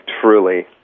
truly